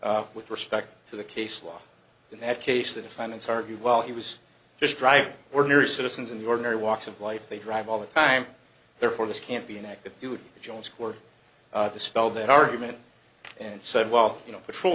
with respect to the case law in that case the defendants argue well he was just driving ordinary citizens in the ordinary walks of life they drive all the time therefore this can't be an active duty jones for the spell that argument and said well you know patrol